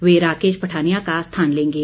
वह राकेश पठानिया का स्थान लेंगे